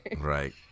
Right